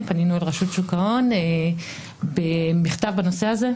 פנינו אל רשות שוק ההון במכתב בנושא הזה,